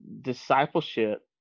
discipleship